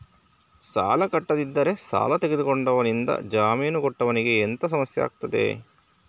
ಸಾಲ ಕಟ್ಟಿಲ್ಲದಿದ್ದರೆ ಸಾಲ ತೆಗೆದುಕೊಂಡವನಿಂದ ಜಾಮೀನು ಕೊಟ್ಟವನಿಗೆ ಎಂತ ಸಮಸ್ಯೆ ಆಗ್ತದೆ?